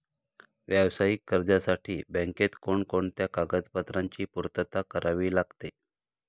व्यावसायिक कर्जासाठी बँकेत कोणकोणत्या कागदपत्रांची पूर्तता करावी लागते?